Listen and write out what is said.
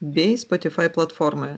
bei spotifai platformoje